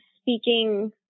speaking